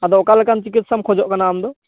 ᱟᱫᱚ ᱚᱠᱟ ᱞᱮᱠᱟᱱ ᱪᱤᱠᱤᱛᱥᱟ ᱠᱷᱚᱡᱚᱜ ᱠᱟᱱᱟᱢ ᱟᱢᱫᱚ